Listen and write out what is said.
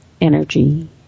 energy